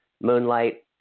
Moonlight